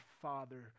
father